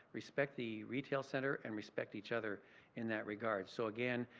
respect the retail centre and respect each other in that regard. so again,